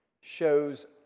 shows